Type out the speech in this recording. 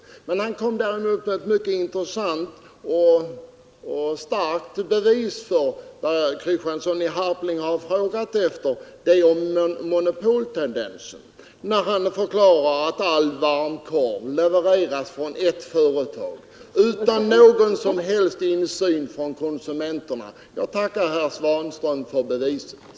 Herr Svanström kommer däremot med ett mycket intressant och starkt bevis för vad herr Kristiansson i Harplinge frågade efter, nämligen monopoltendenser. Herr Svanström förklarar att all varm korv levereras från ett företag utan någon som helst insyn från konsumenterna. Jag tackar herr Svanström för beviset.